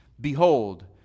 Behold